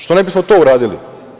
Što ne bismo to uradili?